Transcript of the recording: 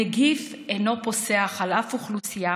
הנגיף אינו פוסח על אף אוכלוסייה.